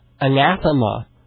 anathema